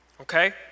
Okay